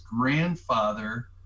grandfather